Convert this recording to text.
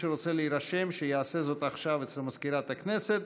מי שרוצה להירשם שיעשה זאת עכשיו אצל מזכירת הכנסת,